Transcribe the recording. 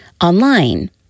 online